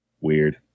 Weird